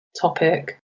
topic